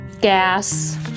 gas